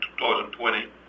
2020